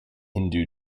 hindu